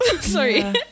Sorry